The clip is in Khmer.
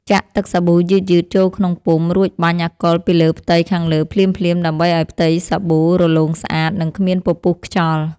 ចាក់ទឹកសាប៊ូយឺតៗចូលក្នុងពុម្ព រួចបាញ់អាកុលពីលើផ្ទៃខាងលើភ្លាមៗដើម្បីឱ្យផ្ទៃសាប៊ូរលោងស្អាត និងគ្មានពពុះខ្យល់។